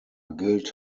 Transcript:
gilt